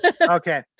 Okay